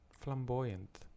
flamboyant